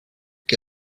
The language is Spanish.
que